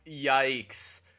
yikes